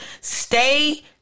Stay